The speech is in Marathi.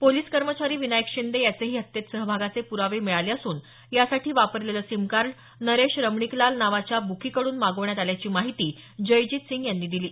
पोलिस कर्मचारी विनायक शिंदे याचेही हत्येत सहभागाचे प्रावे मिळाले असून यासाठी वापरलेलं सिमकार्ड नरेश रमणिकलाल नावाच्या बुकीकडून मागवण्यात आल्याची माहिती जयजीतसिंग यांनी दिली